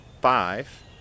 five